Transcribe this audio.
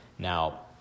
Now